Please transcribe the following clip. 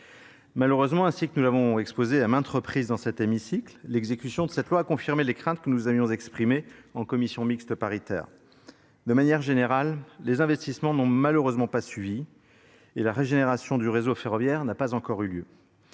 Malheureusement, ainsi que nous l'avons exposé à maintes reprises dans cet hémicycle, l'exécution de cette loi a confirmé les craintes que nous avions exprimées en commission mixte paritaire de manière générale les investissements, n'ont malheureusement pas suivi et la régénération du réseau ferroviaire n'av pas encore eu lieu